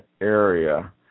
area